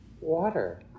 water